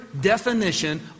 definition